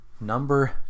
Number